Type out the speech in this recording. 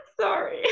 sorry